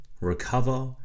recover